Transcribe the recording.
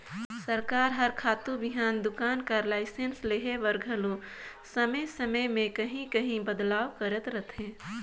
सरकार हर खातू बीहन दोकान कर लाइसेंस लेहे बर घलो समे समे में काहीं काहीं बदलाव करत रहथे